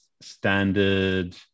Standard